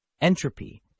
Entropy